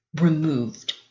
removed